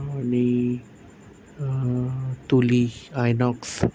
आणि तुली आयनॉक्स